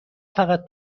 فقط